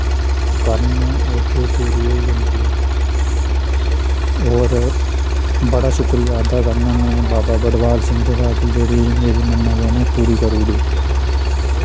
करन उत्थै पूरी होई जन्दी और बड़ा शुक्रिया अदा करना में बाबा भड़वल सिंह दा कि जेह्ड़ी मेरी मन्नत उ'नै पूरी करूड़ी